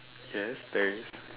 yes there is